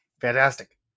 Fantastic